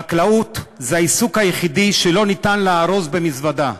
חקלאות היא העיסוק היחיד שלא ניתן לארוז במזוודה.